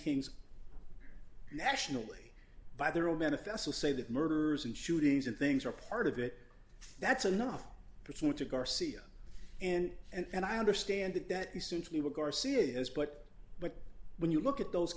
kings nationally by their own manifesto say that murders and shootings and things are part of it that's enough for someone to garcia and and i understand that that essentially what garcia is but but when you look at those